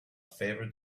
favorite